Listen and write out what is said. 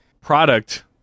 product